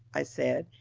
i said,